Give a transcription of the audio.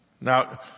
Now